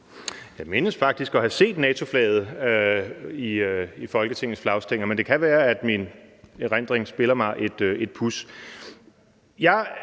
Jeg mindes faktisk at have set NATO-flaget i Folketingets flagstænger. Men det kan være, at min erindring spiller mig et puds.